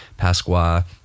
pasqua